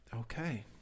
Okay